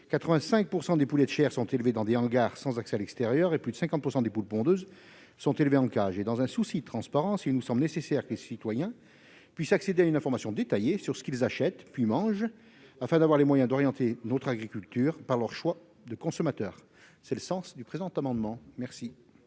85 % des poulets de chair sont élevés dans des hangars sans accès à l'extérieur ; enfin, plus de 50 % des poules pondeuses sont élevées en cage. Dans un souci de transparence, il nous semble nécessaire que les citoyens puissent accéder à une information détaillée sur ce qu'ils achètent, puis mangent, afin d'orienter notre agriculture par leurs choix de consommateurs. L'amendement n°